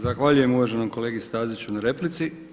Zahvaljujem uvaženom kolegi Staziću na replici.